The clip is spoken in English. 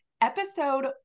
episode